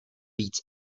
víc